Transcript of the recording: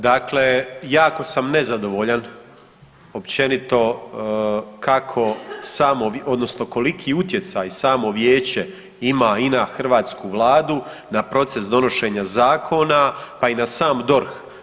Dakle, jako sam nezadovoljan općenito kako samo odnosno koliki utjecaj samo vijeće ima i na hrvatsku Vladu, na proces donošenja zakona, pa i na sam DORH.